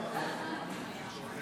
רם,